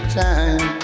time